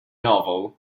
novel